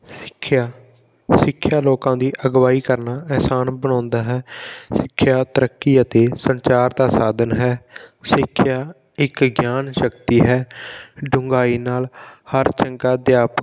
ਸਿੱਖਿਆ ਸਿੱਖਿਆ ਲੋਕਾਂ ਦੀ ਅਗਵਾਈ ਕਰਨਾ ਆਸਾਨ ਬਣਾਉਂਦਾ ਹੈ ਸਿੱਖਿਆ ਤਰੱਕੀ ਅਤੇ ਸੰਚਾਰ ਦਾ ਸਾਧਨ ਹੈ ਸਿੱਖਿਆ ਇੱਕ ਗਿਆਨ ਸ਼ਕਤੀ ਹੈ ਡੁੰਘਾਈ ਨਾਲ ਹਰ ਚੰਗਾ ਅਧਿਆਪਕ